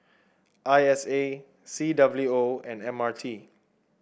I S A C W O and M R T